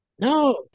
No